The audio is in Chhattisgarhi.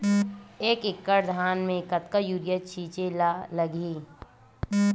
एक एकड़ धान में कतका यूरिया छिंचे ला लगही?